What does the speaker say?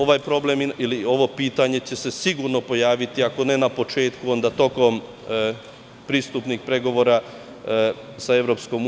Ovaj problem ili ovo pitanje će se sigurno pojaviti ako ne na početku, onda tokom pristupnih pregovora sa EU.